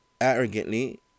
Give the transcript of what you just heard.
arrogantly